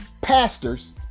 pastors